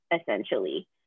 essentially